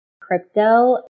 crypto